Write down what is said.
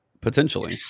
potentially